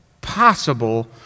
possible